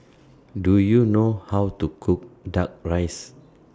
Do YOU know How to Cook Duck Rice